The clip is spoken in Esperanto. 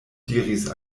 diris